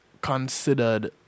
considered